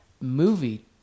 movie